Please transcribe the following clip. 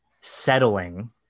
settling